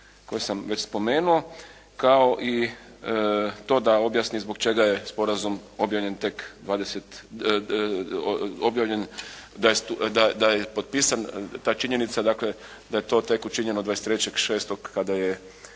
koju sam već spomenuo kao i to da objasni zbog čega je sporazum objavljen da je potpisana ta činjenica dakle da je to tek učinjeno 23.6. kada je